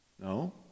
No